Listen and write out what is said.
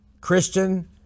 Christian